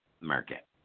market